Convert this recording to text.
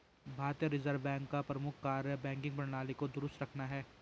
भारतीय Reserve Bank का प्रमुख कार्य बैंकिंग प्रणाली को दुरुस्त रखना है